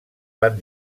van